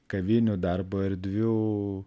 kavinių darbo erdvių